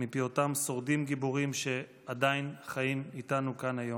מפי אותם שורדים גיבורים שעדיין חיים איתנו כאן היום.